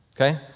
okay